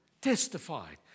testified